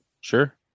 Sure